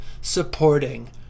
supporting